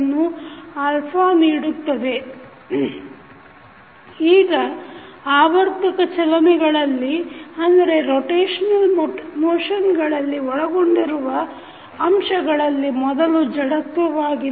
Refer slide time 0144 ಈಗ ಆವರ್ತಕ ಚಲನೆಗಳಲ್ಲಿ ಒಳಗೊಂಡಿರುವ ಅಂಶಗಳಲ್ಲಿ ಮೊದಲು ಜಡತ್ವವಾಗಿದೆ